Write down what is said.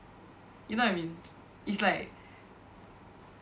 you know what I mean is like